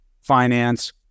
finance